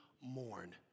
mourn